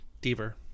Dever